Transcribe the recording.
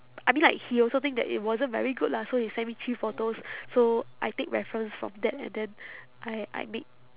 I mean like he also think that it wasn't very good lah so he sent me three photos so I take reference from that and then I I make